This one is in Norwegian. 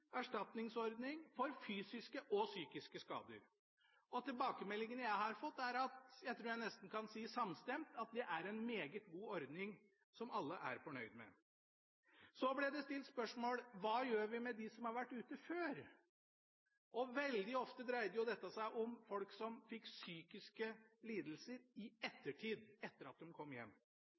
erstatningsordning for fysiske og psykiske skader. Tilbakemeldingen jeg har fått, er at – jeg tror nesten jeg kan si samstemt – det er en meget god ordning, som alle er fornøyd med. Så ble det stilt spørsmål om hva vi gjør med dem som har vært ute før? Veldig ofte dreide dette seg om folk som fikk psykiske lidelser i ettertid – etter at de kom hjem.